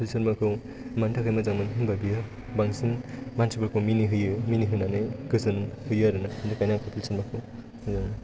कपिल शर्माखौ मानि थाखाय मोजां मोनो होनोबा बियो बांसिन मानसिफोरखौ मिनि होयो मिनि होनानै गोजोन होयो आरोना बेनि थाखायनो आं कपिल शर्माखौ मोजां मोनो